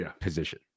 position